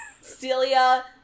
Celia